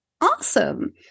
Awesome